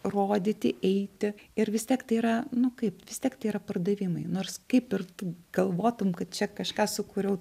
rodyti eiti ir vis tiek tai yra nu kaip vis tiek tai yra pardavimai nors kaip ir tu galvotum kad čia kažką sukūriau